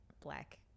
black